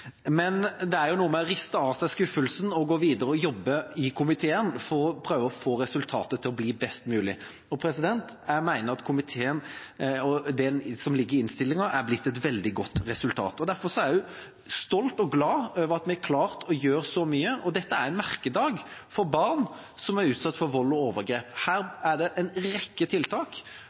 Men det er jo noe med å riste av seg skuffelsen, gå videre og jobbe i komiteen for å prøve å få resultatet til å bli best mulig. Jeg mener at det som ligger i innstillingen, er blitt et veldig godt resultat. Derfor er jeg stolt og glad for at vi har klart å gjøre så mye. Dette er en merkedag for barn som er utsatt for vold og overgrep. Her er det en rekke tiltak.